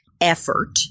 effort